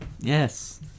Yes